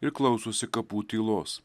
ir klausosi kapų tylos